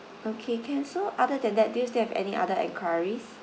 okay can so other than that do you still have any other enquiries